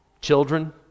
children